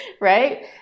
right